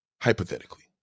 Hypothetically